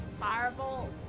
fireball